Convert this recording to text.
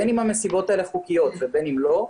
בין אם המסיבות האלה חוקיות ובין אם לא,